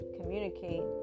communicate